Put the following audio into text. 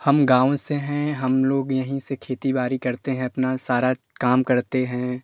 हम गाँव से हैं हम लोग यहीं से खेती बाड़ी करते हैं अपना सारा काम करते हैं